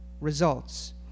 results